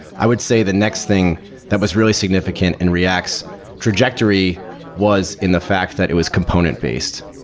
i would say the next thing that was really significant in react's trajectory was in the fact that it was component-based.